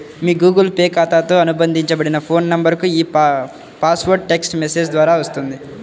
మీ Google Pay ఖాతాతో అనుబంధించబడిన phone నంబర్కు ఈ పాస్వర్డ్ టెక్ట్స్ మెసేజ్ ద్వారా వస్తుంది